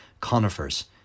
conifers